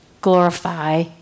glorify